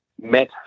met